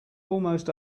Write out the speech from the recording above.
almost